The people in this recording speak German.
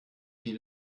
die